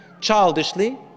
Childishly